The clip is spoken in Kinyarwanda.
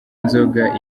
inzoga